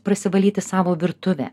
prasivalyti savo virtuvę